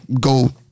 Go